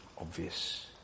obvious